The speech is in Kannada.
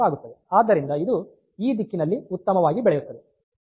ಆದ್ದರಿಂದ ಇದು ಈ ದಿಕ್ಕಿನಲ್ಲಿ ಉತ್ತಮವಾಗಿ ಬೆಳೆಯುತ್ತದೆ